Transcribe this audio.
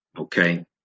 Okay